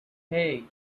hey